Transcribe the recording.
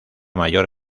mayor